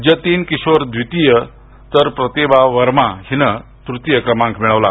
जतीन किशोर द्वितीय तर प्रतिभा वर्मा हिनं तृतीय क्रमांक मिळवला आहे